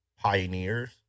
pioneers